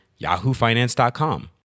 yahoofinance.com